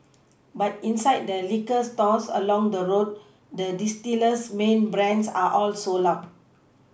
but inside the liquor stores along the road the distiller's main brands are all sold out